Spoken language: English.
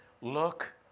look